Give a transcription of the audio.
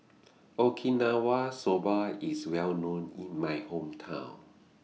Okinawa Soba IS Well known in My Hometown